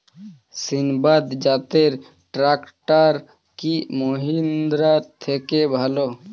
সিণবাদ জাতের ট্রাকটার কি মহিন্দ্রার থেকে ভালো?